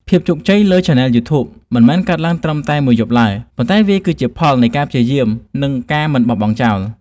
ភាពជោគជ័យលើឆានែលយូធូប មិនមែនកើតឡើងត្រឹមតែមួយយប់ឡើយ ប៉ុន្តែវាគឺជាផលនៃការព្យាយាម និងការមិនបោះបង់ចោល។